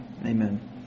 Amen